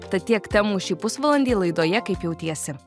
tad tiek temų šį pusvalandį laidoje kaip jautiesi